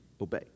obey